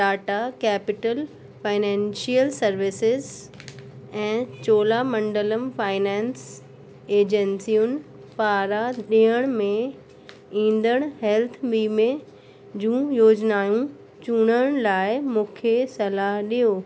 Tata capital financial services ऐं Cholamandalam finance एजेंसियुनि पारां ॾियण में ईंदड़ हेल्थ वीमे जूं योजनायूं चूंडण लाइ मूंखे सलाहु ॾियो